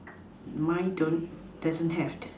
mine don't doesn't have